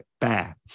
bear